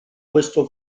questo